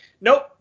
nope